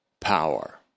power